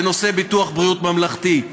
בנושא ביטוח בריאות ממלכתי.